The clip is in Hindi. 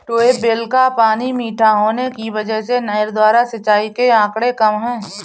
ट्यूबवेल का पानी मीठा होने की वजह से नहर द्वारा सिंचाई के आंकड़े कम है